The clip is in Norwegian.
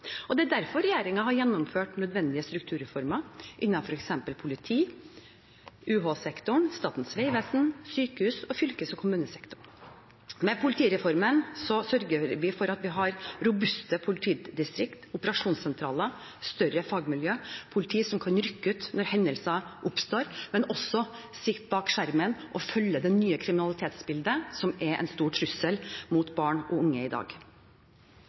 Det er derfor regjeringen har gjennomført nødvendige strukturreformer innen f.eks. politiet, UH-sektoren, Statens vegvesen, sykehus og fylkes- og kommunesektoren. Med politireformen sørger vi for at vi har robuste politidistrikt, operasjonssentraler, større fagmiljøer, politi som kan rykke ut når hendelser oppstår, men også sitte bak skjermen og følge det nye kriminalitetsbildet, som er en stor trussel mot barn og unge i dag.